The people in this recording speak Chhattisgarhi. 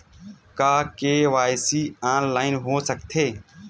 का के.वाई.सी ऑनलाइन हो सकथे?